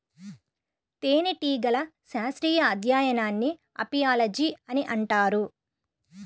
తేనెటీగల శాస్త్రీయ అధ్యయనాన్ని అపియాలజీ అని అంటారు